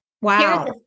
Wow